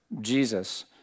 Jesus